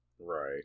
Right